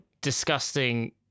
disgusting